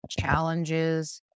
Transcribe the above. challenges